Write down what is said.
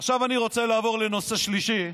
עכשיו אני רוצה לעבור לנושא שלישי.